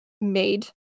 made